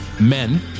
men